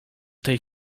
tej